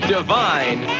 Divine